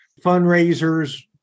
Fundraisers